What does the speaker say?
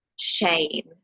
shame